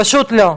וזה פשוט לא עבד.